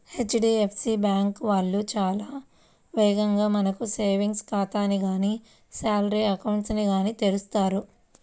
HDFC bank వాళ్ళు చాలా వేగంగా మనకు సేవింగ్స్ ఖాతాని గానీ శాలరీ అకౌంట్ ని గానీ తెరుస్తారు